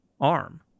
arm